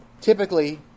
typically